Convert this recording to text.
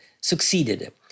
succeeded